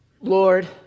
Lord